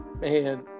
man